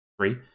three